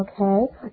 okay